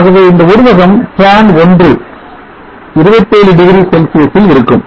ஆகவே இந்த உருவகம்tran 1 27 டிகிரி செல்சியஸ் ல் இருக்கும்